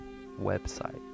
website